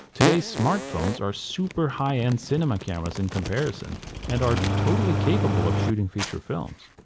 today's smartphones are super high end cinema cameras in comparison and are totally capable of shooting feature films.